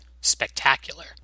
spectacular